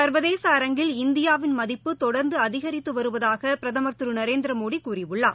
சர்வதேச அரங்கில் இந்தியாவின் மதிப்பு தொடர்ந்துஅதிகரித்துவருவதாகபிரதமர் திருநரேந்திரமோடிகூறியுள்ளார்